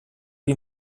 wie